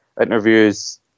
interviews